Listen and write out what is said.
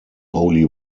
holy